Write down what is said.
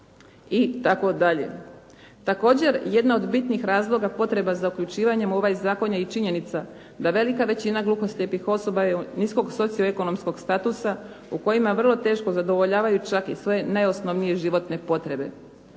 itd.. Također jedna od bitnih razloga potreba za uključivanjem u ovaj zakon je i činjenica da velika većina gluhoslijepih osoba je niskog socioekonomskog statusa u kojima vrlo teško zadovoljavaju čak i svoje najosnovnije životne potrebe.